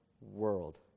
world